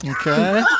Okay